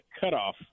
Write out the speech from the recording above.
cutoff